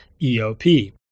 EOP